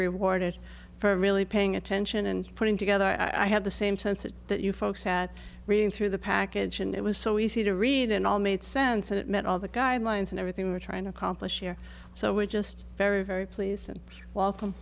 rewarded for really paying attention and putting together i had the same sense of that you folks at reading through the package and it was so easy to read it all made sense that it meant all the guidelines and everything we were trying to accomplish here so we're just very very pleased and welcome